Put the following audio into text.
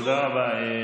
תודה רבה.